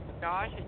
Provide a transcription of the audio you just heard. Josh